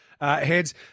heads